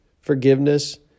forgiveness